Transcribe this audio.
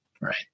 Right